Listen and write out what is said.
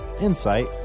insight